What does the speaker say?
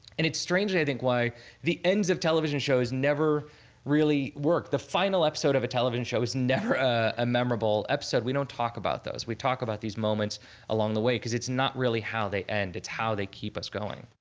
and it's strangely i think why the ends of television shows never really worked. the final episode of a television show is never a memorable episode. we don't talk about those. we talk about these moments along the way because it's not really how they end. it's how they keep us going.